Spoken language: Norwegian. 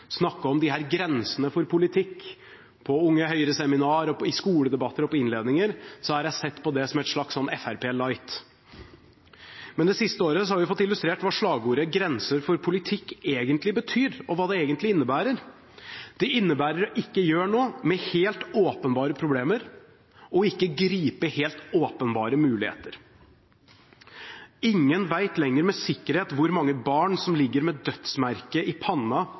snakke om disse grensene for politikk på Unge Høyre-seminar, i skoledebatter og i innledninger, har jeg sett på det som et slags Fremskrittspartiet light. Men det siste året har vi fått illustrert hva slagordet «Grenser for politikk» egentlig betyr, og hva det egentlig innebærer. Det innebærer å ikke gjøre noe med helt åpenbare problemer og ikke gripe helt åpenbare muligheter. «Ingen vet lenger med sikkerhet hvor mange barn som ligger med dødsmerket på pannen i